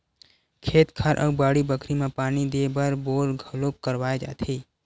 खेत खार अउ बाड़ी बखरी म पानी देय बर बोर घलोक करवाए जाथे